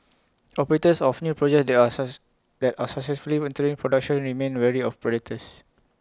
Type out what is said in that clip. operators of new projects that are they are successfully entering production remain wary of predators